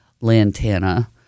lantana